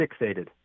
fixated